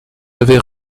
avez